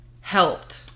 helped